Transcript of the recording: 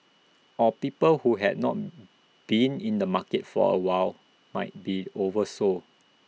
or people who had not been in the market for A while might be oversold